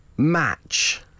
match